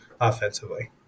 offensively